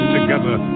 together